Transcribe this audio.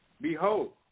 behold